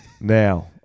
Now